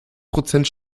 prozent